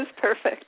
perfect